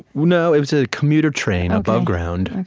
no, it was a commuter train, above ground.